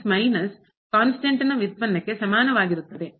ಇಲ್ಲಿ minus constant ಸ್ಥಿರ ನ ವ್ಯುತ್ಪನ್ನಕ್ಕೆ ಸಮಾನವಾಗಿರುತ್ತದೆ